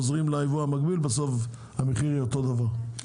עוזרים לייבוא המקביל ובסוף המחיר נשאר אותו הדבר.